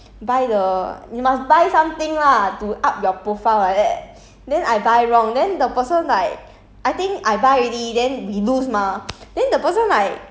like my attack skill you know so I went to buy the buy the you must buy something lah to up your profile like that then I buy wrong then the person like